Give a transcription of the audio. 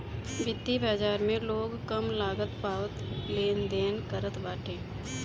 वित्तीय बाजार में लोग कम लागत पअ लेनदेन करत बाटे